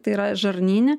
tai yra žarnyne